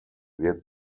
wird